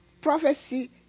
prophecy